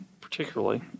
particularly